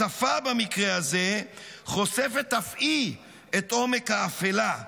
השפה במקרה הזה חושפת אף היא את עומק האפלה: